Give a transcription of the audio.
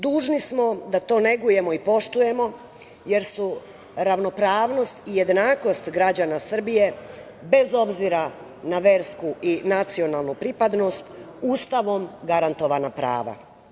Dužni smo da to negujemo i poštujemo, jer su ravnopravnost i jednakost građana Srbije, bez obzira na versku i nacionalnu pripadnost, Ustavom garantovana prava.